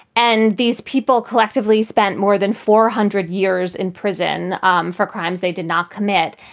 and these people collectively spent more than four hundred years in prison um for crimes they did not commit.